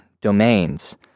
domains